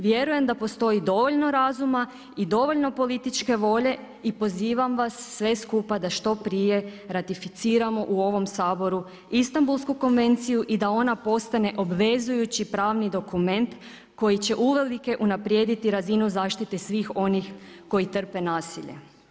Vjerujem da postoji dovoljno razuma i dovoljno političke volje i pozivam vas sve skupa da što prije ratificiramo u ovom Saboru Istambulsku konvenciju i da ona postane obvezujući pravni dokument koji će uvelike unaprijediti razinu zaštite svih onih koji trpe nasilje.